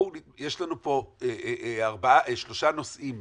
יש לנו פה שלושה נושאים מרכזיים,